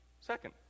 Second